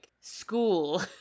school